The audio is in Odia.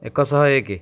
ଏକ ଶହ ଏକ